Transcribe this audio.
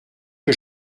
que